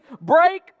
break